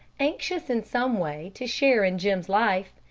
anxious in some way to share in jim's life,